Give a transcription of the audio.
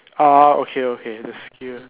ah okay okay the skill